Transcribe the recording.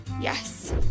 yes